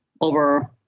over